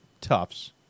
Tufts